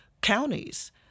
counties